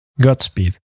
Godspeed